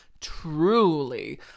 Truly